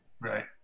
Right